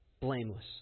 blameless